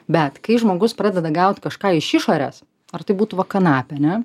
bet kai žmogus pradeda gaut kažką iš išorės ar tai būtų va kanapė ane